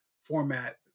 format